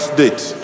date